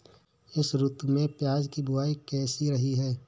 इस ऋतु में प्याज की बुआई कैसी रही है?